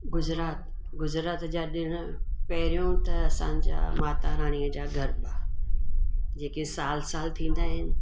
गुजरात गुजरात जा ॾिणु पहिरियों त असांजा माता राणीअ जा गरबा जेके साल साल थींदा आहिनि